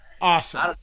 Awesome